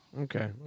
Okay